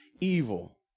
evil